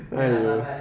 okay